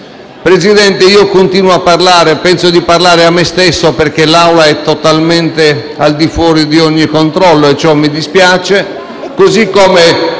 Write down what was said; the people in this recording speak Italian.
Presidente, continuo a parlare, ma penso di parlare a me stesso perché l'Assemblea è al di fuori di ogni controllo e ciò mi dispiace,